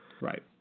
Right